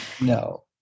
no